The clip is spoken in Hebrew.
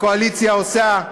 הקואליציה עושה.